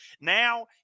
Now